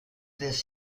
this